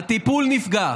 הטיפול נפגע.